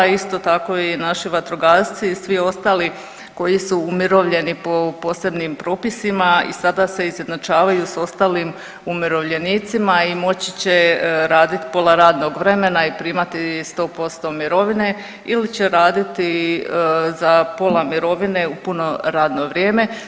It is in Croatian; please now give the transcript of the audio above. Isto tako i naši vatrogasci i svi ostali koji su umirovljeni po posebnim propisima i sada se izjednačavaju s ostalim umirovljenicima i moći će radit pola radnog vremena i primati 100% mirovine ili će raditi za pola mirovine u puno radno vrijeme.